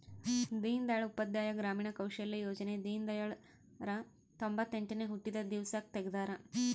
ದೀನ್ ದಯಾಳ್ ಉಪಾಧ್ಯಾಯ ಗ್ರಾಮೀಣ ಕೌಶಲ್ಯ ಯೋಜನೆ ದೀನ್ದಯಾಳ್ ರ ತೊಂಬೊತ್ತೆಂಟನೇ ಹುಟ್ಟಿದ ದಿವ್ಸಕ್ ತೆಗ್ದರ